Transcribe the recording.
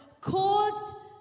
caused